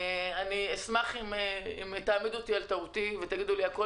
אני אשמח אם תעמידו אותי על טעותי ותגידו לי שהכול